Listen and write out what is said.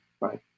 right